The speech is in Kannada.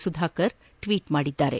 ಸುಧಾಕರ್ ಟ್ವೀಟ್ ಮಾಡಿದ್ದಾರೆ